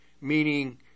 meaning